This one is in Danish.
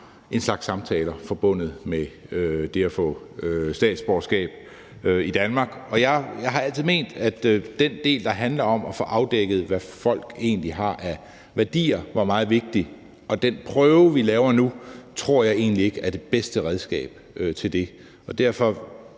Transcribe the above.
en slags samtaler forbundet med det at få statsborgerskab i Danmark, og jeg har altid ment, at den del, der handler om at få afdækket, hvad folk egentlig har af værdier, var meget vigtig. Og den prøve, vi laver nu, tror jeg egentlig ikke er det bedste redskab til det, og derfor